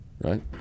Right